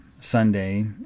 Sunday